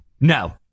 No